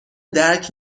درک